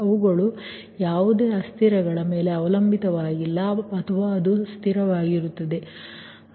ಅವುಗಳು ಯಾವುದೇ ಅಸ್ಥಿರಗಳ ಮೇಲೆ ಅವಲಂಬಿತವಾಗಿಲ್ಲ ಅಥವಾ ಅದು ಸ್ಥಿರವಾಗಿರುತ್ತದೆ ಅದು ಸ್ಥಿರವಾದದ್ದು